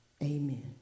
Amen